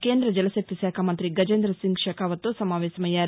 కేంద్రద జలశక్తి శాఖమంత్రి గజేందసింగ్ షెకావత్తో సమావేశమయ్యారు